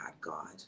God